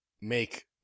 make